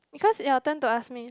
because you are turn to ask me